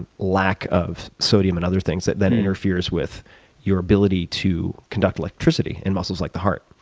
lack of sodium and other things that that interferes with your ability to conduct electricity in muscles like the heart.